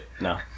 No